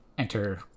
enter